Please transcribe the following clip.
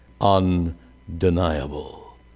undeniable